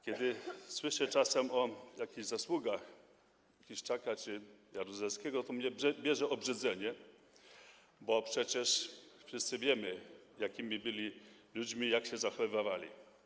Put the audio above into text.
Kiedy słyszę czasem o jakichś zasługach Kiszczaka czy Jaruzelskiego, to mnie bierze obrzydzenie, bo przecież wszyscy wiemy, jakimi byli oni ludźmi i jak się zachowywali.